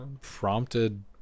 prompted